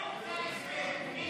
הצבעה.